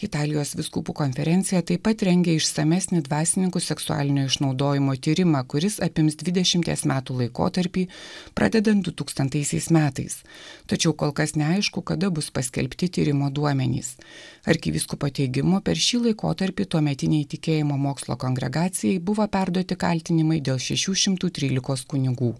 italijos vyskupų konferencija taip pat rengia išsamesnį dvasininkų seksualinio išnaudojimo tyrimą kuris apims dvidešimties metų laikotarpį pradedant dutūkstantaisiais metais tačiau kol kas neaišku kada bus paskelbti tyrimo duomenys arkivyskupo teigimu per šį laikotarpį tuometinei tikėjimo mokslo kongregacijai buvo perduoti kaltinimai dėl šešių šimtų trylikos kunigų